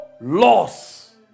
loss